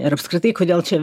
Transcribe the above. ir apskritai kodėl čia